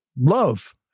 love